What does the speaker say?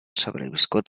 sobreviscut